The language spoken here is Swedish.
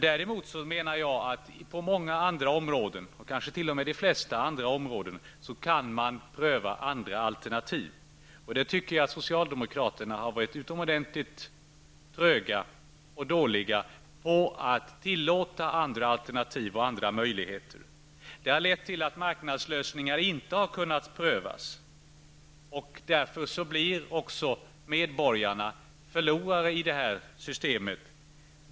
Däremot menar jag att man på många andra områden, kanske t.o.m. på de flesta andra områden, kan pröva andra alternativ. Jag tycker att socialdemokraterna har varit utomordentligt tröga och dåliga på att tillåta andra alternativ och andra möjligheter. Det har lett till att marknadslösningar inte har kunnat prövas. Därför blir också medborgarna förlorare i det här systemet.